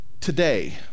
Today